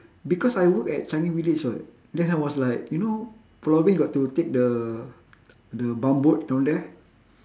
because I work at changi village [what] then I was like you know pulau ubin got to take the the bumboat down there